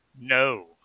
no